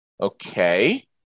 Okay